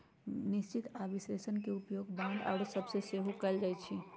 निश्चित आऽ विश्लेषण के उपयोग बांड आउरो सभ में सेहो कएल जाइ छइ